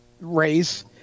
race